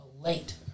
late